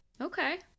Okay